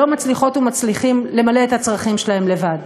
שלא מצליחות ומצליחים למלא את הצרכים שלהם לבד,